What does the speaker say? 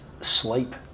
sleep